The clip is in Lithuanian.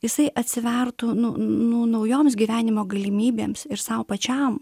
jisai atsivertų nu nu naujoms gyvenimo galimybėms ir sau pačiam